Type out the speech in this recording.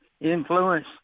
influence